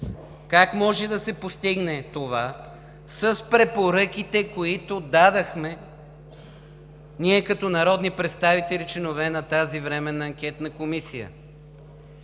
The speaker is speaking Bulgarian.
Как може да се постигне това? С препоръките, които дадохме ние като народни представители – членове на тази Временна анкетна комисия!